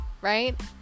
right